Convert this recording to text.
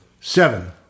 Seven